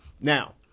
Now